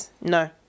No